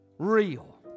Real